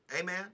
Amen